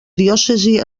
diòcesi